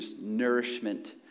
nourishment